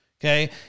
okay